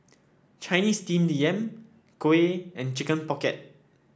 Chinese Steamed Yam kuih and Chicken Pocket